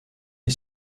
est